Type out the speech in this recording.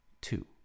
two